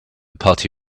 party